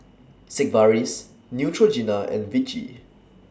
Sigvaris Neutrogena and Vichy